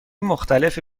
مختلفی